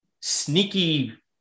sneaky